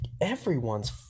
everyone's